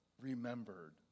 remembered